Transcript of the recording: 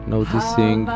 Noticing